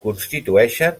constitueixen